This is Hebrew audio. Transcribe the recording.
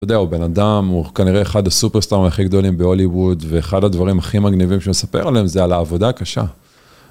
אתה יודע, הבן אדם הוא כנראה אחד הסופרסטארים הכי גדולים בהוליווד, ואחד הדברים הכי מגניבים שאני אספר עליהם זה על העבודה הקשה.